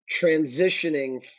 transitioning